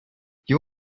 you